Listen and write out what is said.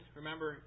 remember